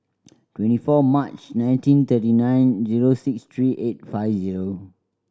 twenty four March nineteen thirty nine zero six three eight five zero